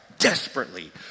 desperately